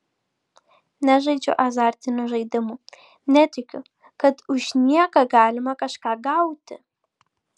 nežaidžiu azartinių žaidimų netikiu kad už nieką galima kažką gauti